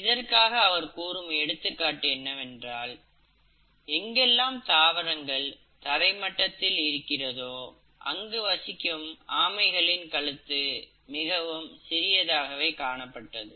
இதற்காக அவர் கூறும் எடுத்துக்காட்டு என்னவென்றால் எங்கெல்லாம் தாவரங்கள் தரை மட்டத்தில் இருக்கிறதோ அங்கு வசிக்கும் ஆமைகளின் கழுத்து மிகவும் சிறியதாகவே காணப்பட்டது